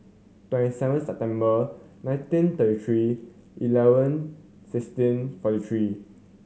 twenty seven September nineteen thirty three eleven sixteen forty three